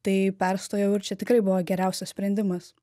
tai perstojau ir čia tikrai buvo geriausias sprendimas